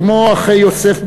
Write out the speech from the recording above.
כמו אחי יוסף,